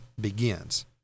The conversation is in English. begins